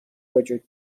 وجود